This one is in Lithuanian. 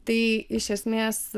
tai iš esmės